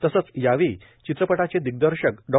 तसंच या चित्रपटाचे दिग्दर्शक डॉ